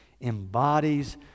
embodies